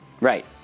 Right